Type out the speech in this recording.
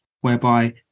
whereby